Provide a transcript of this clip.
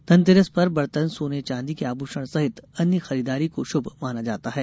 धनतेरस पर बर्तन सोर्न चांदी के आभूषण सहित अन्य खरीददारी को शुभ माना जाता है